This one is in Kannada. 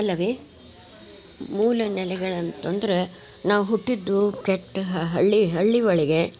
ಅಲ್ಲವೇ ಮೂಲ ನೆಲೆಗಳನ್ನ ಅಂತಂದರೆ ನಾವು ಹುಟ್ಟಿದ್ದು ಕೆಟ್ಟ ಹಳ್ಳಿ ಹಳ್ಳಿ ಒಳಗೆ